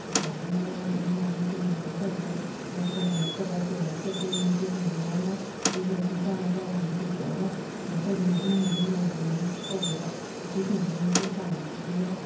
ꯄꯩꯁꯥꯗꯨꯅ ꯃꯥꯒꯤ ꯏꯃꯨꯡ ꯃꯅꯨꯡꯁꯦ ꯃꯦꯟꯇꯦꯟ ꯇꯧꯕꯗ ꯀꯣꯟꯅꯔꯛꯇꯕ ꯀꯣꯟꯅꯔꯛꯇꯕꯗꯒꯤ ꯅꯨꯄꯤꯁꯤꯡꯁꯤ ꯌꯥꯎꯅ ꯕꯤꯖꯤꯅꯦꯖ ꯃꯆꯥ ꯃꯆꯥꯁꯤꯡꯁꯦ ꯍꯧꯗꯣꯛꯑꯒ ꯁꯨꯃꯥꯏꯅ ꯇꯧꯗꯅ ꯏꯃꯨꯡ ꯃꯅꯨꯡ ꯃꯦꯟꯇꯦꯅꯦꯁ ꯇꯧꯕꯗ ꯅꯨꯄꯤꯁꯤꯡꯁꯤꯅ ꯃꯇꯦꯡ ꯄꯥꯡꯉꯤ ꯑꯗꯨꯒ